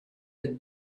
had